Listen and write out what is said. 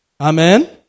Amen